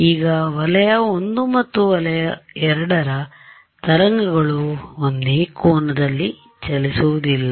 ಈಗ ವಲಯ I ಮತ್ತು ವಲಯ II ದ ತರಂಗಗಳು ಒಂದೇ ಕೋನದಲ್ಲಿ ಚಲಿಸುವುದಿಲ್ಲ